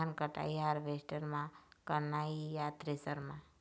धान कटाई हारवेस्टर म करना ये या थ्रेसर म?